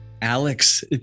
Alex